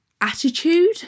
attitude